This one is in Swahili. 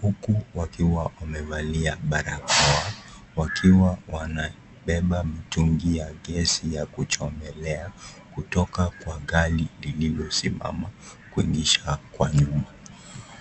huku wakiwa wamevalia barakoa, wakiwa wanabeba mitungi wa gesi wa kuchomelea kutoka kwa gari iliyosimama kuingizwa kwa nyumba.